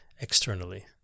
externally